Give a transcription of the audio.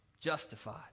justified